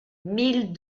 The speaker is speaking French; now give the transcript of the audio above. mille